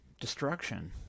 destruction